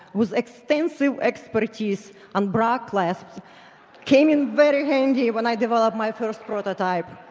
whose extensive expertise on bra clasps came in very handy when i developed my first prototype!